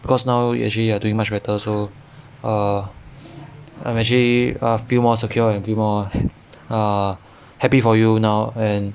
because now you actually are doing much better so err I'm actually err feel more secure and few more err happy for you now and